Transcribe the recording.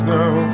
now